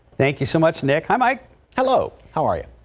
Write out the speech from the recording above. thank you so much nic i might hello how are you.